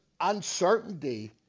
uncertainty